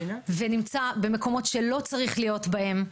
ונמצא במקומות שהוא לא צריך להיות בהם.